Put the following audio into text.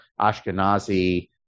Ashkenazi